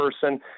person